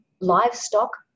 livestock